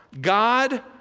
God